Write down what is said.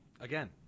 Again